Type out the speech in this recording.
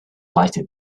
lighted